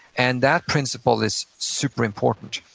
and that principle is super important.